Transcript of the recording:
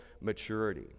maturity